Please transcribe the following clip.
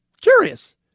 Curious